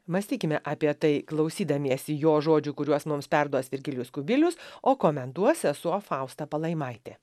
mąstykime apie tai klausydamiesi jo žodžių kuriuos mums perduos virgilijus kubilius o komentuos sesuo fausta palaimaitė